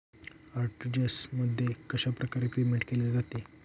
RTGS मध्ये कशाप्रकारे payment केले जाते?